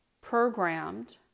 programmed